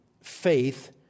faith